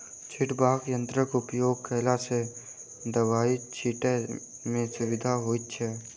छिटबाक यंत्रक उपयोग कयला सॅ दबाई छिटै मे सुविधा होइत छै